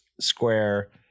square